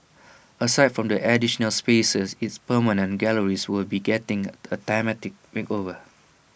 aside from the additional spaces its permanent galleries will be getting A thematic makeover